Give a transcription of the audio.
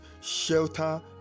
Shelter